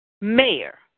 Mayor